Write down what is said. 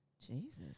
Jesus